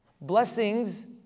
Blessings